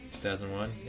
2001